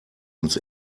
uns